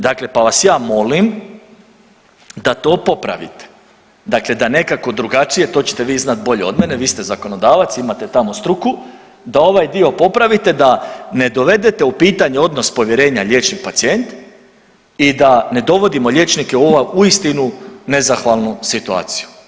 Dakle, pa vas ja molim da to popravite, dakle da nekako drugačije to ćete vi znati bolje od mene, vi ste zakonodavac imate tamo struku, da ovaj dio popravite, da ne dovedete u pitanje odnos povjerenja liječnik pacijent i da ne dovodimo liječnike u ovu uistinu nezahvalnu situaciju.